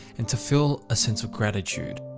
and to feel a sense of gratitude.